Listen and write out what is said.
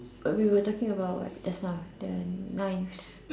we were talking about what just now the knives